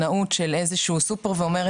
אישה ישראלית מרוויחה פחות ומשלמת יותר.